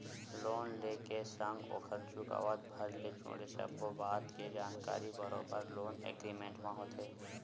loan ले के संग ओखर चुकावत भर ले जुड़े सब्बो बात के जानकारी बरोबर लोन एग्रीमेंट म होथे